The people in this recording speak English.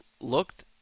looked